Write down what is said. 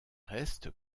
reste